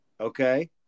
Okay